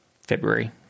February